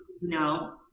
no